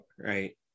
right